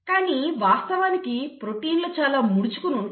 కానీ వాస్తవానికి ప్రోటీన్లు చాలా ముడుచుకుని ఉంటాయి